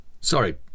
Sorry